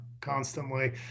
constantly